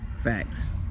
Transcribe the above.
Facts